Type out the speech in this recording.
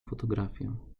fotografię